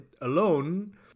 alone